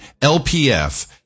LPF